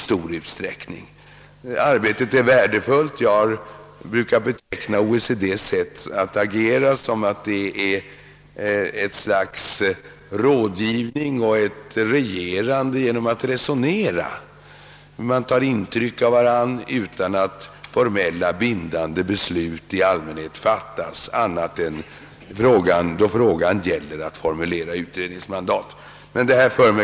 Jag brukar beteckna OECD:s sätt att agera så, att det består i ett slags rådgivning och regerande genom resonemang. Man tar intryck av varandra utan att fatta formellt bindande beslut annat än då det gäller att formulera utredningsmandat.